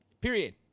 Period